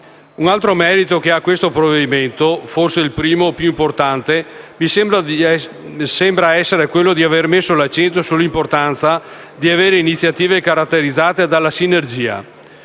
Un altro merito che ha questo provvedimento - forse il primo e il più importante - mi sembra quello di avere messo l'accento sull'importanza di avere iniziative caratterizzate dalla sinergia.